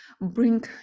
bring